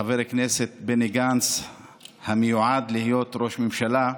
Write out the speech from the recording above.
חבר הכנסת בני גנץ המיועד להיות ראש ממשלה,